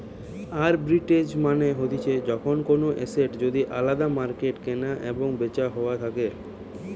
arbitrage মানে হতিছে যখন কোনো এসেট যদি আলদা মার্কেটে কেনা এবং বেচা হইয়া থাকে